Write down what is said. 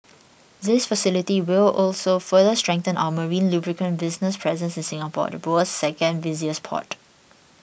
this facility will also further strengthen our marine lubricant business's presence in Singapore the world's second busiest port